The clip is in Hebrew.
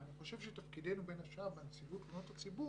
אני חושב שתפקידנו בין השאר בנציבות תלונות הציבור,